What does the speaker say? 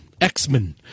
X-Men